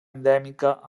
endèmica